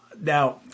Now